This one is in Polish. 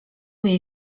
jej